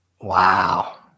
Wow